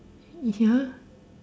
ya